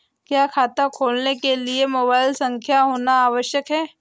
क्या खाता खोलने के लिए मोबाइल संख्या होना आवश्यक है?